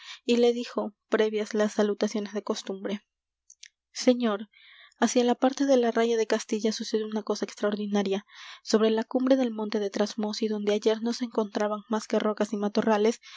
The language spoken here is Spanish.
y le dijo previas las salutaciones de costumbre señor hacia la parte de la raya de castilla sucede una cosa extraordinaria sobre la cumbre del monte de trasmoz y donde ayer no se encontraban más que rocas y matorrales